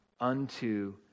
unto